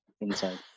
inside